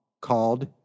called